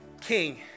king